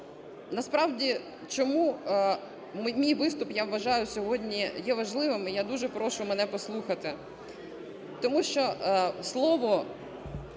Насправді… Чому мій виступ, я вважаю, сьогодні є важливим, і я дуже прошу мене послухати. Тому що слово…